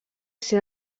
ser